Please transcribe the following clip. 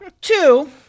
two